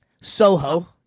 Soho